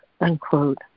unquote